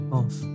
off